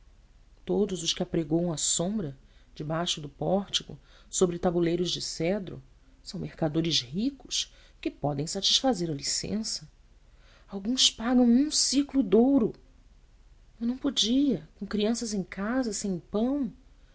todos os que apregoam à sombra debaixo do pórtico sobre tabuleiros de cedro são mercadores ricos que podem satisfazer a licença alguns pagam um ciclo de ouro eu não podia com crianças em casa sem pão